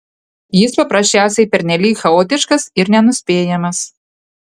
jis paprasčiausiai pernelyg chaotiškas ir nenuspėjamas